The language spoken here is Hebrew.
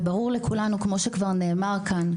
ברור לכולנו, כפי שכבר נאמר כאן,